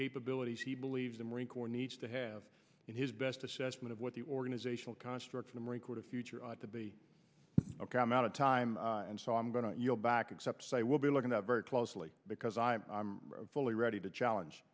capabilities he believes the marine corps needs to have in his best assessment of what the organizational construct of the marine corps to future ought to be ok i'm out of time and so i'm going to yield back excepts i will be looking at very closely because i'm fully ready to challenge